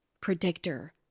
predictor